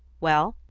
well,